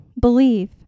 believe